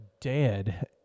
dead